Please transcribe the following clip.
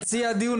מציעי הדיון,